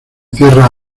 tierra